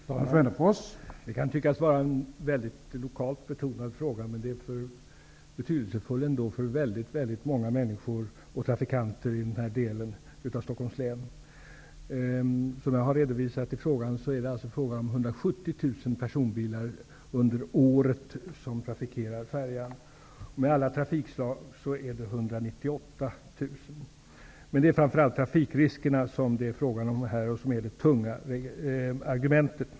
Herr talman! Detta kan tyckas vara en mycket lokalt betonad fråga. Men den är ändå betydelsefull för väldigt många människor och trafikanter i den här delen av Stockholms län. Som jag redovisat i frågan är det frågan om 170 000 personbilar som trafikerar färjan under året. Med alla trafikslag är det 198 000 fordon. Det är framför allt trafikriskerna som är det tunga argumentet.